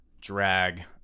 drag